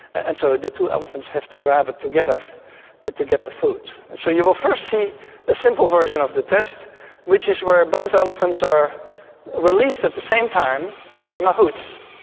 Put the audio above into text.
and so the two elephants have to grab it together and to get the food. and so you will first see a simple version of the test which is where both elephants are released at the same time by mahouts